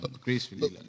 gracefully